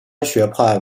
学派